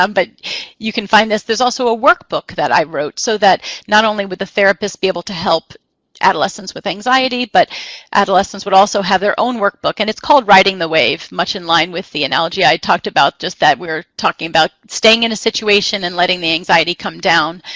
um but you can find this there's also a workbook that i wrote so that not only would the therapists be able to help adolescents with anxiety, but adolescents would also have their own workbook. and it's called riding the wave, much in line with the analogy i talked about, just that we are talking about staying in a situation and letting the anxiety come down.